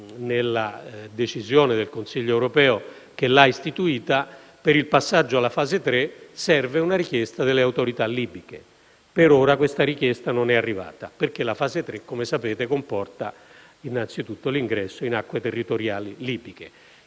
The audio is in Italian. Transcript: nella decisione del Consiglio europeo che l'ha istituita, per il passaggio alla fase tre serve una richiesta delle autorità libiche. Per ora questa richiesta non è arrivata, perché la fase tre, come sapete, comporta innanzitutto l'ingresso in acque territoriali libiche.